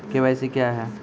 KYC क्या हैं?